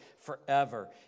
forever